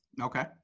Okay